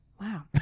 wow